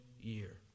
year